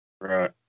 Right